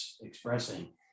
expressing